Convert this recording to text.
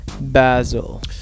Basil